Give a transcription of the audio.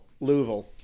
louisville